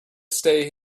stay